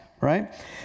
right